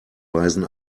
weisen